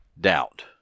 doubt